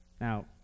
Now